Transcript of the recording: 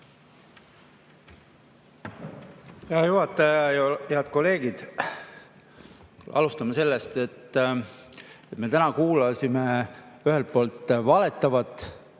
Hea juhataja! Head kolleegid! Alustame sellest, et me täna kuulasime ühelt poolt valetavat,